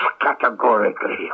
categorically